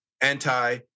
anti